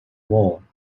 war